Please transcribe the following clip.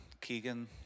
Keegan